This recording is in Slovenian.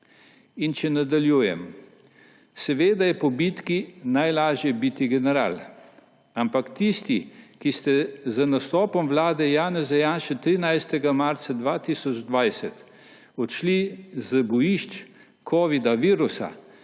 In če nadaljujem. Seveda je po bitki najlažje biti general. Ampak tisti, ki ste z nastopom vlade Janeza Janše 13. marca 2020 odšli z bojišč virusa